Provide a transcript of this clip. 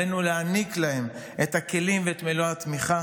עלינו להעניק להם את הכלים ואת מלוא התמיכה.